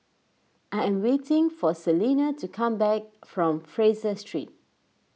I am waiting for Celina to come back from Fraser Street